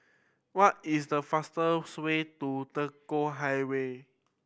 what is the fastest way to Tekong Highway